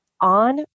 on